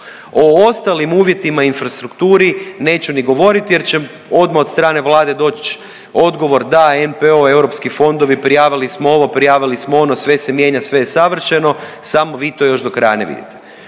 O ostalim uvjetima i infrastrukturi neću ni govoriti, jer će odmah od strane Vlade doći odgovor da, NPO, europski fondovi, prijavili smo ovo, prijavili smo ono, sve se mijenja, sve je savršeno samo vi to još do kraja ne vidite.